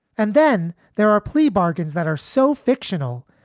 and then there are plea bargains that are so fictional,